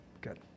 good